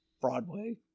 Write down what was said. Broadway